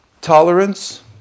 tolerance